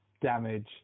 damage